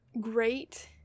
great